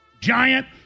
giant